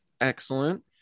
Excellent